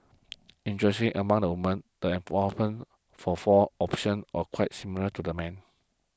interestingly among the women the endorsement for four options are quite similar to the men